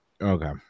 Okay